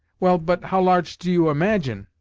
well, but how large do you imagine?